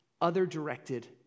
other-directed